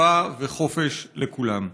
תקווה וחופש לכולם.